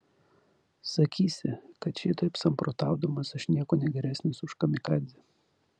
sakysi kad šitaip samprotaudamas aš niekuo negeresnis už kamikadzę